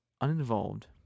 uninvolved